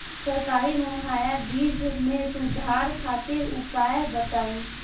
सरकारी मुहैया बीज में सुधार खातिर उपाय बताई?